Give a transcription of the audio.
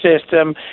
system